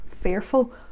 fearful